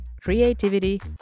creativity